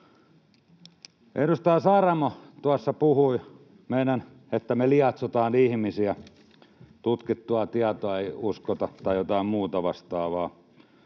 Edustaja Saramo tuossa puhui, että me lietsotaan ihmisiä, tutkittua tietoa ei uskota tai jotain muuta vastaavaa.